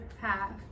half